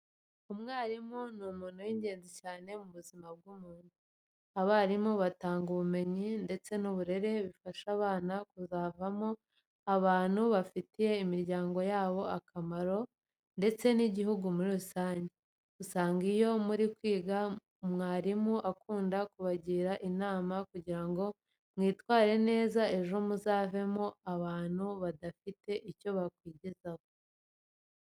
Umwarimu ni umuntu w'ingenzi cyane mu buzima bw'umuntu. Abarimu batanga ubumenyi ndetse n'uburere bifasha abana kuzavamo abantu bafitiye imiryango yabo akamaro ndetse n'igihugu muri rusange. Usanga iyo muri kwiga mwarimu akunda kubagira inama kugira ngo mwitware neza ejo mutazavamo abantu badafite icyo bakwigezaho.